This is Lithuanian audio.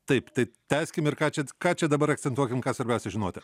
taip tai tęskim ir ką čia ką čia dabar akcentuokim ką svarbiausia žinoti